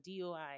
DOI